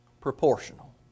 Proportional